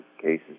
cases